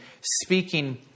speaking